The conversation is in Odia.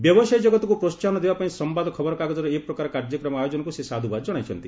ବ୍ୟବସାୟୀ ଜଗତକୁ ପ୍ରୋସାହନ ଦେବାପାଇଁ ସମ୍ବାଦ ଖବରକାଗଜର ଏ ପ୍ରକାର କାର୍ଯ୍ୟକ୍ରମ ଆୟୋଜନକୁ ସେ ସାଧୁବାଦ ଜଶାଇଛନ୍ତି